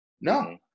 No